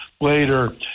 later